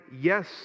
yes